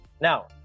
Now